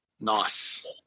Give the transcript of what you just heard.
Nice